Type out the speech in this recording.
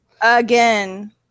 Again